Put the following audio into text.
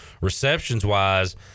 Receptions-wise